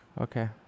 okay